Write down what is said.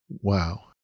Wow